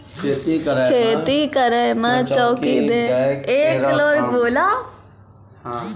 खेती करै म चौकी दै केरो काम अतिआवश्यक होय छै